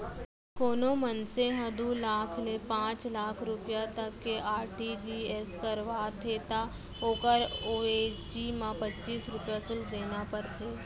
कोनों मनसे ह दू लाख ले पांच लाख रूपिया तक के आर.टी.जी.एस करावत हे त ओकर अवेजी म पच्चीस रूपया सुल्क देना परथे